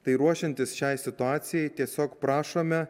tai ruošiantis šiai situacijai tiesiog prašome